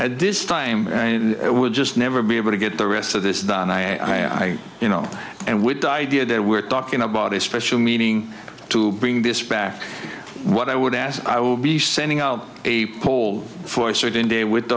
at this time it will just never be able to get the rest of this than i you know and with the idea that we're talking about a special meeting to bring this back what i would as i will be sending out a call for certain day with